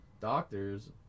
doctors